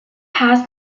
pass